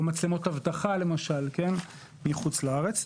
או מצלמות אבטחה מחוץ לארץ.